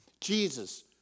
Jesus